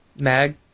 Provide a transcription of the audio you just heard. Mag